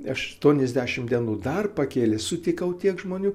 aštuoniasdešim dienų dar pakėlė sutikau tiek žmonių